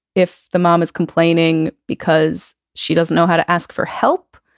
if the mom is complaining because she doesn't know how to ask for help,